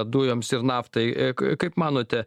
dujoms ir naftai kaip manote